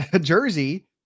jersey